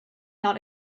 not